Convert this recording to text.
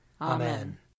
Amen